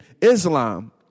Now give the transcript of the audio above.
Islam